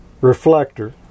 reflector